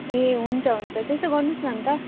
ए हुन्छ हुन्छ त्यसै गर्नुहोस् न अन्त